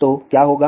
तो क्या होगा